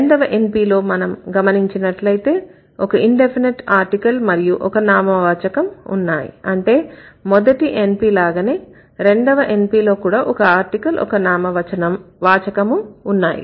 రెండవ NP లో మనం గమనించినట్లైతే ఒక ఇండెఫినెట్ ఆర్టికల్ మరియు ఒక నామవాచకం ఉన్నాయి అంటే మొదటి NP లాగానే రెండవ NP లో కూడా ఒక ఆర్టికల్ ఒక నామవాచకం ఉన్నాయి